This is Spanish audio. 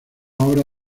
obra